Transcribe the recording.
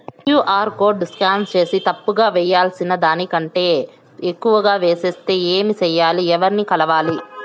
QR code scan సేసి తప్పు గా వేయాల్సిన దానికంటే ఎక్కువగా వేసెస్తే ఏమి సెయ్యాలి? ఎవర్ని కలవాలి?